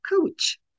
coach